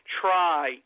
try